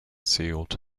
sealed